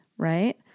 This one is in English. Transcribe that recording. right